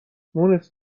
مونس